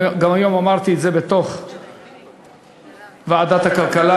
גם היום אמרתי את זה בוועדת הכלכלה,